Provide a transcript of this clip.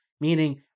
meaning